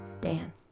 Dan